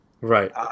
Right